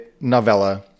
novella